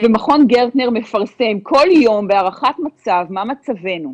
מכון גרטנר מפרסם כל יום בהערכת מצב מה מצבנו.